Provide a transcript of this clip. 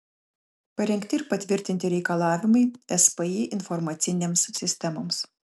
parengti ir patvirtinti reikalavimai spį informacinėms sistemoms